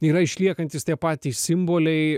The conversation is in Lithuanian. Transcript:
yra išliekantys tie patys simboliai